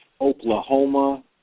Oklahoma